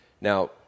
Now